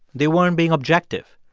they weren't being objective.